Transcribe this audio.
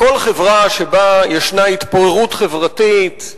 בכל חברה שיש בה התפוררות חברתית,